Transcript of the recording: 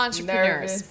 Entrepreneurs